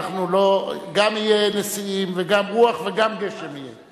אנחנו לא, גם יהיה נשיאים וגם רוח, וגם גשם יהיה.